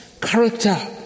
character